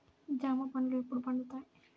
జామ పండ్లు ఎప్పుడు పండుతాయి?